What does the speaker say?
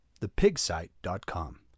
thepigsite.com